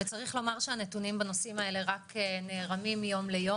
וצריך לומר שהנתונים בנושאים האלה רק נערמים יום ליום.